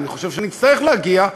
אני חושב שנצטרך להגיע,